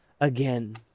again